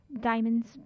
Diamonds